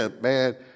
Man